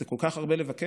זה כל כך הרבה לבקש?